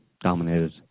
dominated